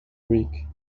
week